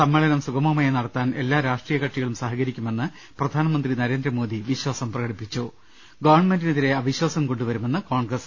സമ്മേളനം സുഗമമായി നടത്താൻ എല്ലാ രാഷ്ട്രീയകക്ഷികളും സഹകരിക്കുമെന്ന് പ്രധാനമന്ത്രി നരേന്ദ്രമോദി വിശ്വാസം പ്രകടിപ്പിച്ചു ഗവൺമെന്റിനെതിരെ അവിശ്വാസം കൊണ്ടുവരുമെന്ന് കോൺഗ്രസ്